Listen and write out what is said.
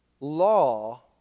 law